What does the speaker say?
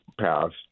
passed